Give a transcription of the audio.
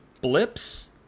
blips